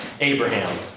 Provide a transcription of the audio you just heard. Abraham